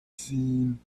seen